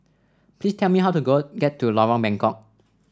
please tell me how to go get to Lorong Bengkok